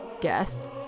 guess